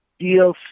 DLC